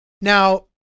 Now